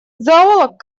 зоолог